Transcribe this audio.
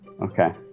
okay